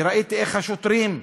וראיתי איך השוטרים,